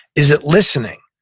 is it listening?